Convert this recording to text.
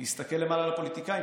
הוא יסתכל למעלה על הפוליטיקאים,